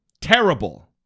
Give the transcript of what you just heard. Terrible